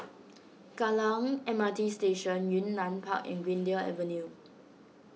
Kallang M R T Station Yunnan Park and Greendale Avenue